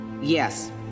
yes